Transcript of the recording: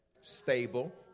stable